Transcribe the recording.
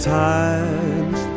times